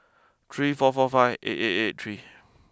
three four four five eight eight eight three